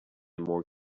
more